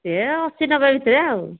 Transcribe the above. ସେ ଅଶୀ ନବେ ଭିତରେ ଆଉ